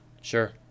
Sure